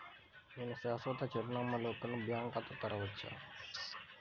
నేను శాశ్వత చిరునామా లేకుండా బ్యాంక్ ఖాతా తెరవచ్చా?